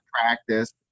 practice